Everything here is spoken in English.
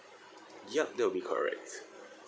yup that will be correct